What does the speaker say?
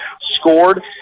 scored